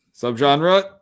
Subgenre